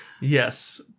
Yes